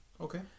Okay